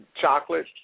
chocolate